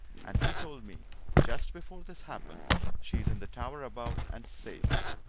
and he told me just before this happened she's in the tower above, and safe.